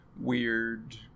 weird